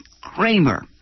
Kramer